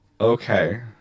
Okay